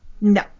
No